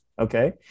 okay